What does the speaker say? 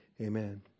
Amen